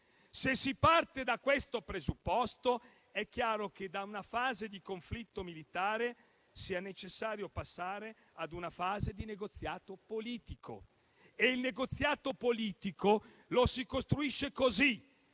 Se si parte da questo presupposto, è chiaro che da una fase di conflitto militare sia necessario passare a una fase di negoziato politico. E il negoziato politico si costruisce così: